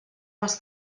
les